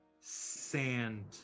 sand